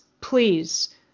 please